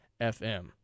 FM